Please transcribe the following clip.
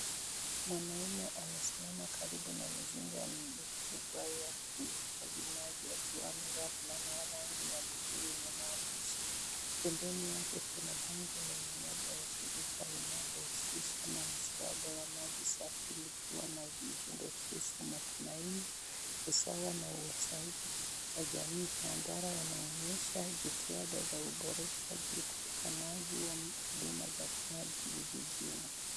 Mwanaume amesimama karibu na mizinga kubwa ya kuhifadhi maji akiwa amevaa fulana ya rangi ya buluu yenye maandishi. Pembeni yake kuna bango lenye nembo ya shirika linalohusisha na mswada wa maji safi, likiwa na ujumbe kuhusu matumaini, usawa na uwazaji wa jamii. Mandhari yanaonyesha jitihada za uboreshaji katika maji wa huduma za maji vijijini.